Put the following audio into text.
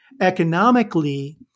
economically